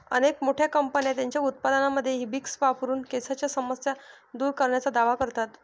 अनेक मोठ्या कंपन्या त्यांच्या उत्पादनांमध्ये हिबिस्कस वापरून केसांच्या समस्या दूर करण्याचा दावा करतात